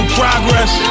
progress